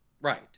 Right